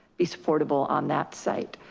be supportable on that site.